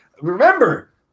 remember